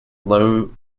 low